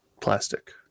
plastic